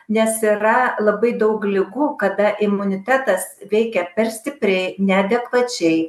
nes yra labai daug ligų kada imunitetas veikia per stipriai neadekvačiai